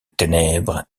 ténèbres